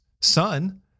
son